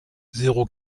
zéro